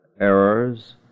errors